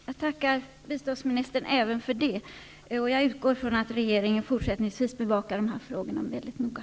Herr talman! Jag tackar biståndsministern även för det här svaret. Jag utgår från att regeringen även i fortsättningen bevakar frågorna noga.